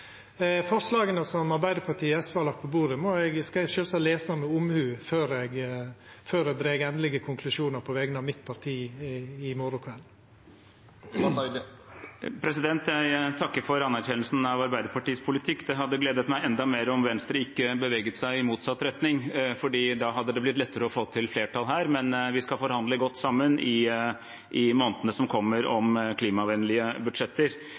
Forslaga Arbeidarpartiet og SV har lagt på bordet, skal eg sjølvsagt lesa med omhug før eg dreg endelege konklusjonar på vegner av mitt parti i morgon kveld. Jeg takker for anerkjennelsen av Arbeiderpartiets politikk. Det hadde gledet meg enda mer om Venstre ikke beveget seg i motsatt retning, for da hadde det blitt lettere å få til flertall her, men vi skal forhandle godt sammen i månedene som kommer, om